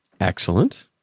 Excellent